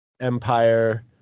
empire